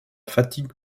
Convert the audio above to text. fatigue